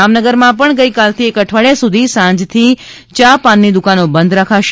જામનગરમાં ગઇકાલથી એક અઠવાડિયા સુધી સાંજથી ચા પાનની દુકાનો બંધ રા ખશે